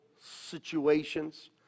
situations